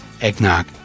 eggnog